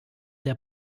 der